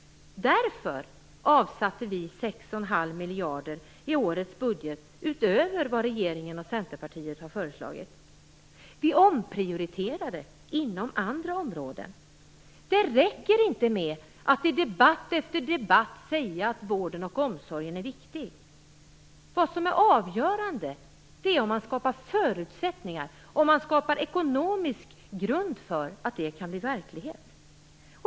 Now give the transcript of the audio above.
Därför avsatte vi 6,5 miljarder i årets budget utöver vad regeringen och Centerpartiet har föreslagit. Vi omprioriterade inom andra områden. Det räcker inte med att i debatt efter debatt säga att vård och omsorg är viktigt. Vad som är avgörande är om man skapar förutsättningar, om man skapar ekonomisk grund för att det kan bli verklighet.